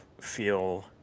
feel